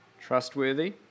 trustworthy